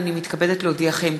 הנני מתכבדת להודיעכם,